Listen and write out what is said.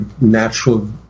natural